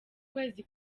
kwezi